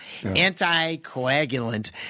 anticoagulant